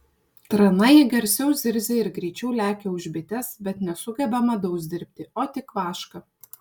tranai garsiau zirzia ir greičiau lekia už bites bet nesugeba medaus dirbti o tik vašką